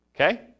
Okay